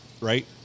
Right